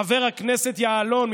חבר הכנסת יעלון,